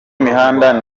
mihanda